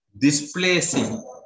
displacing